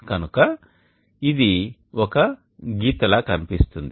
కనుక ఇది ఒక గీతలా కనిపిస్తుంది